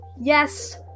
yes